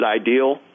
ideal